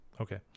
Okay